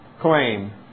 claim